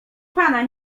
pana